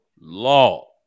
Law